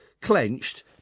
clenched